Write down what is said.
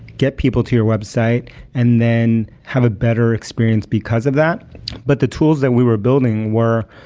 get people to your website and then have a better experience, because of that but the tools that we were building were,